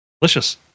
delicious